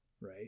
Right